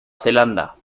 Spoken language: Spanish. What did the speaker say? zelanda